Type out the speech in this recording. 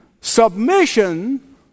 submission